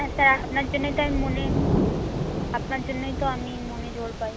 হ্যাঁ স্যার আপনার জন্যেই তো আমি মনে আপনার জন্যেই তো আমি মনে জোর পাই